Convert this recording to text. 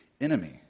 enemy